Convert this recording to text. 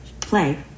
Play